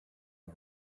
the